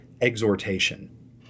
exhortation